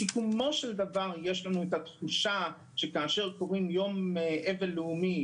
בסיכומו של דבר ישנה התחושה שכאשר מכריזים על יום אבל לאומי